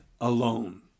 alone